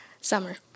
Summer